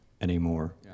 anymore